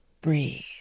breathe